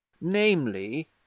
namely